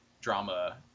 drama